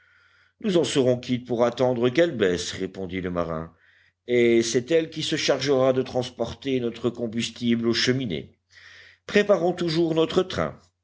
nous en serons quittes pour attendre qu'elle baisse répondit le marin et c'est elle qui se chargera de transporter notre combustible aux cheminées préparons toujours notre train